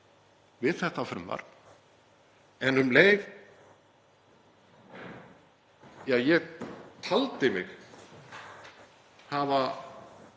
við þetta frumvarp en um leið taldi ég mig hafa